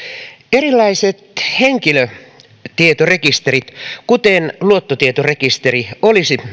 erilaiset henkilötietorekisterit kuten luottotietorekisteri olisi